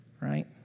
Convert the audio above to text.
Right